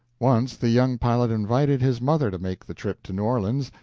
once the young pilot invited his mother to make the trip to new orleans,